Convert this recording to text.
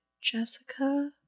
Jessica